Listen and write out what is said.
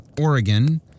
Oregon